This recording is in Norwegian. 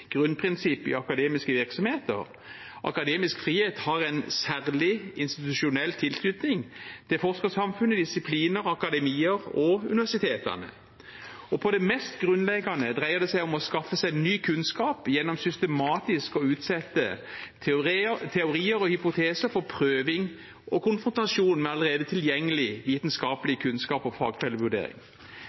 grunnprinsipp i akademiske virksomheter. Akademisk frihet har en særlig institusjonell tilknytning til forskersamfunnet, disipliner, akademier og universitetene. På det mest grunnleggende dreier det seg om å skaffe seg en kunnskap gjennom å utsette teorier og hypoteser for systematisk prøving og konfrontasjon med allerede tilgjengelig vitenskapelig kunnskap og fagfellevurdering.